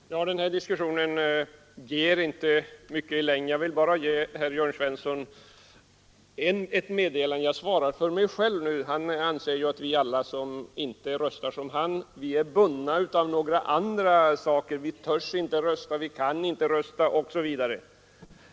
Herr talman! Den här diskussionen ger inte mycket i längden. Jag vill bara ge herr Svensson i Malmö ett besked, och jag svarar nu för mig själv. Han anser att vi alla som inte röstar som han är bundna på olika sätt; vi törs inte rösta, vi kan inte rösta osv.